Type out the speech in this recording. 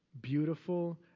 beautiful